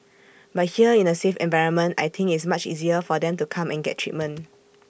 but here in A safe environment I think it's much easier for them to come and get treatment